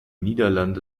niederlande